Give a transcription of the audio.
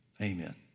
Amen